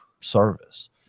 service